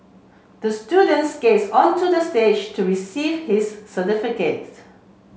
the student skated onto the stage to receive his certificate